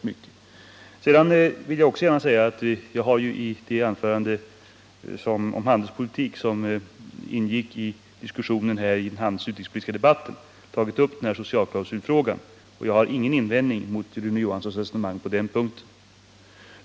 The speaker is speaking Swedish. Det är att gå delvis längre, men det är inte särskilt mycket. I den handelspolitiska debatten tog jag upp frågan om en socialklausul. Jag har ingen invändning mot Rune Johanssons resonemang på den punkten.